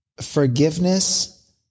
forgiveness